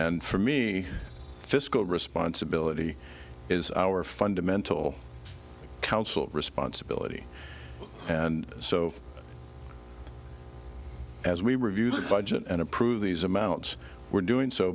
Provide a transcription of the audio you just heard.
and for me fiscal responsibility is our fundamental council responsibility and so as we review the budget and approve these amounts we're doing so